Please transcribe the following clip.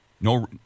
No